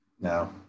No